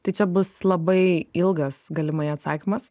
tai čia bus labai ilgas galimai atsakymas